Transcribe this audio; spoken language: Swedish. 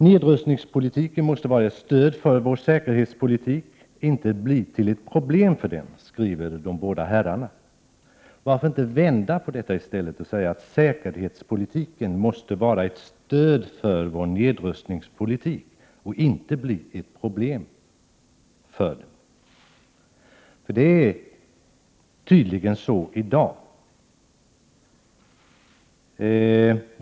”Nedrustningspolitiken måste vara ett stöd för vår säkerhetspolitik och inte bli till ett problem för den”, skriver de båda herrarna. Varför inte vända på det och i stället säga: ”Säkerhetspolitiken måste vara ett stöd för vår nedrustningspolitik och inte bli till ett problem för den.” Det är tydligen så i dag.